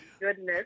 goodness